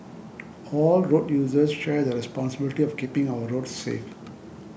all road users share the responsibility of keeping our roads safe